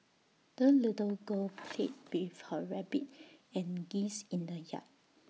the little girl played with her rabbit and geese in the yard